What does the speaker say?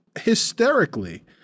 hysterically